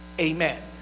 amen